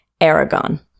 Aragon